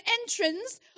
entrance